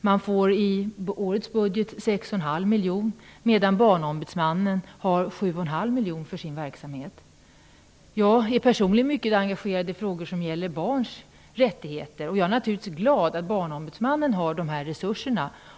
Man får i årets budget 6,5 miljoner, medan barnombudsmannen har 7,5 miljoner för sin verksamhet. Jag är personligen mycket engagerad i frågor som gäller barns rättigheter, och jag är naturligtvis glad att barnombudsmannen har dessa resurser.